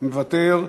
מוותר,